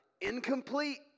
incomplete